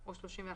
אני אוודא